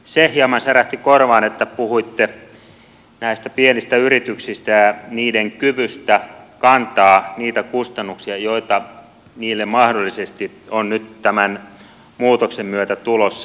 se hieman särähti korvaan että puhuitte näistä pienistä yrityksistä ja niiden kyvystä kantaa niitä kustannuksia joita niille mahdollisesti on nyt tämän muutoksen myötä tulossa